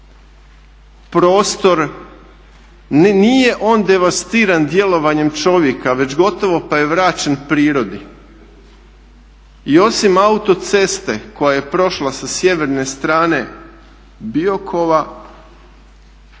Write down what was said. prostor nije on devastiran djelovanjem čovjeka već gotovo pa je vraćen prirodi. I osim autoceste koja je prošla sa sjeverne strane Biokova,